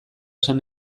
esan